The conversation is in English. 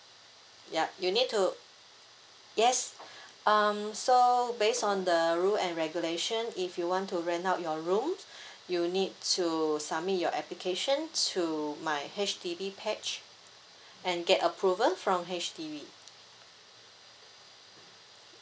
yup you need to yes um so base on the rule and regulation if you want to rent out your room you need to submit your application to my H_D_B page and get approval from H_D_B